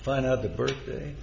find out the birthday